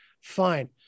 Fine